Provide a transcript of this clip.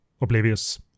oblivious